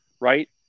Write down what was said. right –